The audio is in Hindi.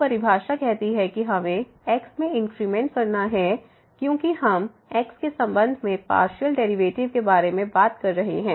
तो परिभाषा कहती है कि हमें x में इंक्रीमेंट करना है क्योंकि हम x के संबंध में पार्शियल डेरिवेटिव के बारे में बात कर रहे हैं